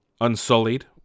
Unsullied